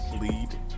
lead